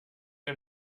ein